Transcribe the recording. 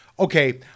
Okay